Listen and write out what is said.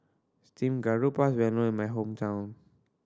steamed garoupa is well known in my hometown